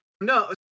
No